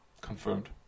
Confirmed